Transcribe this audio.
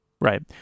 Right